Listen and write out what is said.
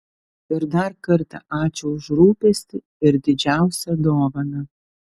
ir dar kartą ačiū už rūpestį ir didžiausią dovaną